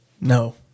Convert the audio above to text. no